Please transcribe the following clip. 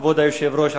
כבוד היושב-ראש,